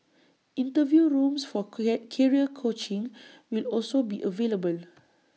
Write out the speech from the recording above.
interview rooms for create career coaching will also be available